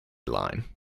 line